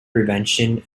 prevention